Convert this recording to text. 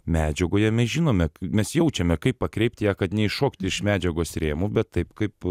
medžiagoje mes žinome mes jaučiame kaip pakreipti ją kad neiššokt iš medžiagos rėmų bet taip kaip